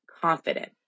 confident